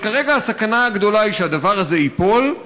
אבל כרגע הסכנה הגדולה היא שהדבר הזה ייפול,